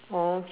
oh